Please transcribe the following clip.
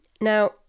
Now